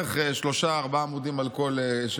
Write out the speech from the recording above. בערך שלושה-ארבעה עמודים כל מאמר,